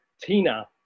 Tina